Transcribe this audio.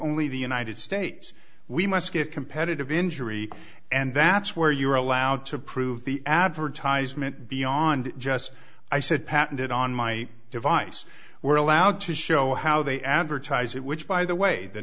only the united states we must get competitive injury and that's where you are allowed to prove the advertisement beyond just i said patented on my device we're allowed to show how they advertise it which by the way the